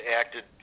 acted